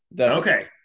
Okay